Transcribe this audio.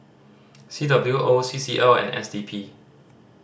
C W O C C L and S D P